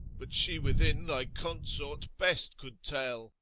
but she within, thy consort best could tell.